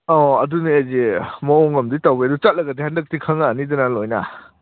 ꯑꯥꯎ ꯑꯗꯨꯅꯦ ꯍꯥꯏꯁꯦ ꯃꯑꯣꯡ ꯑꯃꯗꯤ ꯇꯧꯋꯦ ꯑꯗꯨ ꯆꯠꯂꯒꯗꯤ ꯍꯟꯗꯛꯇꯤ ꯈꯪꯉꯛꯑꯅꯤꯗꯅ ꯂꯣꯏꯅ